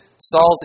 Saul's